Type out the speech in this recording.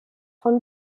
von